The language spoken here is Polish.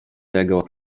tego